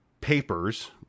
papers